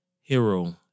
hero